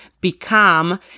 become